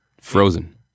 frozen